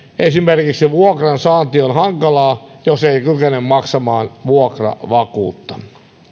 esimerkiksi vuokra asunnon saanti on hankalaa jos ei kykene maksamaan vuokravakuutta